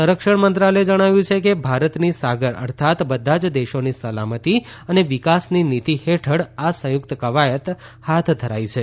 સંરક્ષણ મંત્રાલયે જણાવ્યું છે કે ભારતની સાગર અર્થાત બધા જ દેશોની સલામતી અને વિકાસની નીતિ હેઠળ આ સંયુક્ત ક્વાયત હાથ ધરાઈ છે